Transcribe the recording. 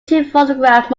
photograph